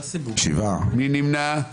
מי נמנע?